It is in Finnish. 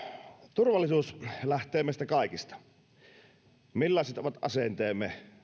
turvallisuus lähtee meistä kaikista siitä millaiset ovat asenteemme